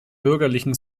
bürgerlichen